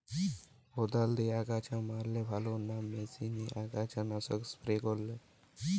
কদাল দিয়ে আগাছা মারলে ভালো না মেশিনে আগাছা নাশক স্প্রে করে?